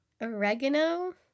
oregano